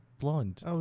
blonde